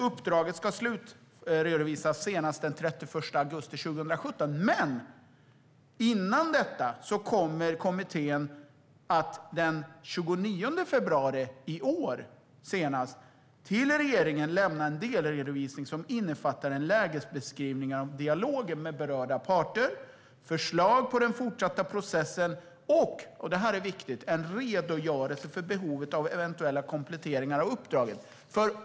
Uppdraget ska slutredovisas senast den 31 augusti 2017, men innan dess kommer kommittén senast den 29 februari i år att till regeringen lämna en delredovisning som innefattar en lägesbeskrivning av dialogen med berörda parter, förslag på den fortsatta processen samt - och det här är viktigt - en redogörelse för behovet av eventuella kompletteringar av uppdraget.